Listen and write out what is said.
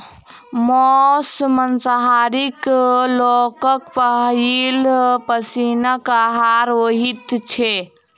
मौस मांसाहारी लोकक पहिल पसीनक आहार होइत छै